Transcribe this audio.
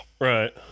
Right